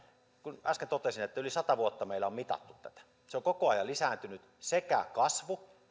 kun äsken totesin että yli sata vuotta meillä on mitattu tätä se on koko ajan lisääntynyt sekä kasvun